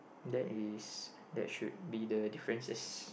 that is that should be the differences